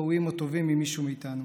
ראויים או טובים ממישהו מאיתנו,